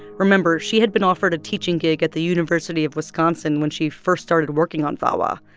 remember she had been offered a teaching gig at the university of wisconsin when she first started working on vawa.